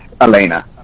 Elena